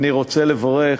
אני רוצה לברך,